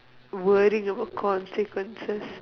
worrying about consequences